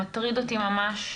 מטריד אותי ממש,